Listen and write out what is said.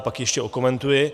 Pak ji ještě okomentuji.